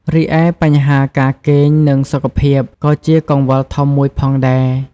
រីឯ បញ្ហាការគេង និងសុខភាព ក៏ជាកង្វល់ធំមួយផងដែរ។